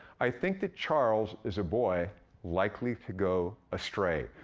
i think that charles is a boy likely to go astray.